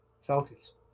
Falcons